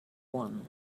one